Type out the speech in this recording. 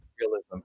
realism